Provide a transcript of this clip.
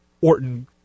Orton